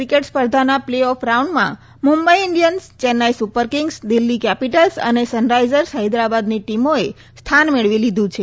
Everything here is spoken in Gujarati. ક્રિકેટ સ્પર્ધાના પ્લે ઓફ રાઉન્ડમાં Mumbai Indians Chennai Super Kings Delhi Capitals અને સનરાઈઝર્સ હૈદરાબાદની ટીમો સ્થાન મેળવી લીધું છે